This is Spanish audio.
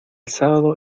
sábado